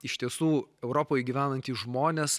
iš tiesų europoje gyvenantys žmonės